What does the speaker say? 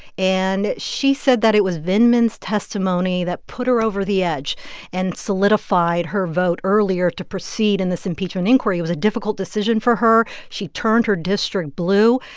and she said that it was vindman's testimony that put her over the edge and solidified her vote earlier to proceed in this impeachment inquiry. it was a difficult decision for her. she turned her district blue.